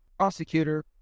prosecutor